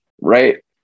Right